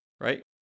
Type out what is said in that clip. Right